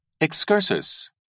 Excursus